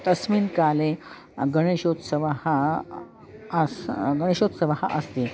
तस्मिन् काले गणेशोत्सवः अस् गणेशोत्सवः अस्ति